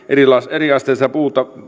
eriasteista puuta